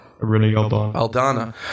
Aldana